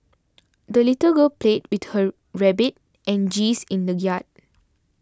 the little girl played with her rabbit and geese in the yard